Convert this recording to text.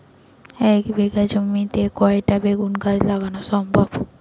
এক বিঘা জমিতে কয়টা বেগুন গাছ লাগানো সম্ভব?